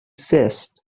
zest